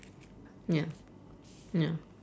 ya ya